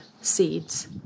seeds